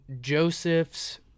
Joseph's